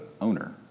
owner